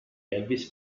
elvis